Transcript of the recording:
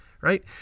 right